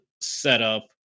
setup